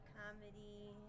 comedy